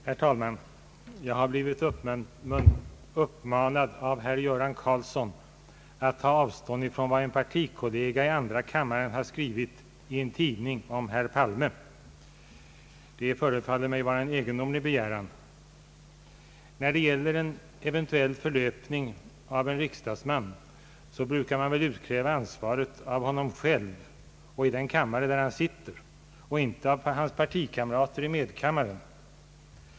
Herr talman! Jag har av herr Göran Karlsson blivit uppmanad att ta avstånd från vad en partikollega i andra kammaren har skrivit i en tidning om herr Palme. Detta förefaller mig vara en egendomlig begäran. När det gäller en eventuell förlöpning av en riksdagsman brukar man väl utkräva ansvaret av honom själv och i den kammare där han sitter, inte av hans partikamrater i medkammaren.